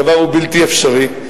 הדבר הוא בלתי אפשרי.